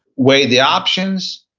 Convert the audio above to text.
weigh the options,